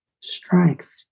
strength